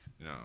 No